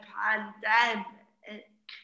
pandemic